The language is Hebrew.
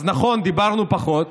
אז נכון, דיברנו פחות,